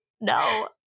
no